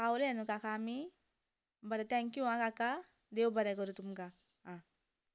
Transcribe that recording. पावले न्हू काका आमी बरें थेंन्क्यु हा काका देव बरें करूं तुमकां आं